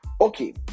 okay